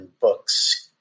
books